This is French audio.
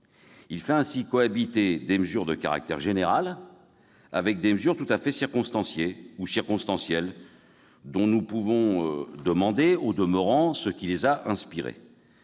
fait ainsi cohabiter des mesures à caractère général avec des mesures tout à fait circonstanciées ou circonstancielles dont nous pouvons nous demander, au demeurant, ce qui les a inspirées.